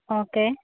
okay